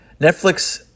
Netflix